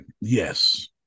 Yes